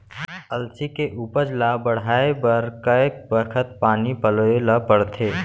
अलसी के उपज ला बढ़ए बर कय बखत पानी पलोय ल पड़थे?